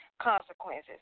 consequences